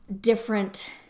different